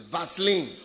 Vaseline